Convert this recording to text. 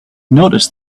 noticed